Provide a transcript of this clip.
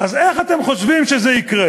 אז איך אתם חושבים שזה יקרה?